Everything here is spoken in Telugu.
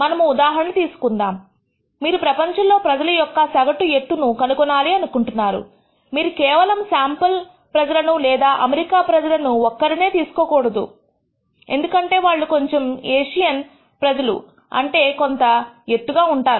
మనము ఉదాహరణ తీసుకుందాం మీరు ప్రపంచంలో ప్రజల యొక్క సగటు ఎత్తు ను కనుగొనాలి అనుకుంటున్నారు మీరు కేవలము శాంపుల్ ప్రజలను లేదా అమెరికా ప్రజలు ను ఒక్కరినే తీసుకోకూడదు ఎందుకంటే వాళ్ళు కొంచెం ఏషియన్ ప్రజల అంటే కొంత ఎత్తుగా ఉంటారు